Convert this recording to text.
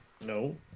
no